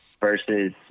versus